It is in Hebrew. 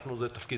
אנחנו זה תפקידו,